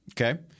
okay